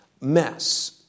mess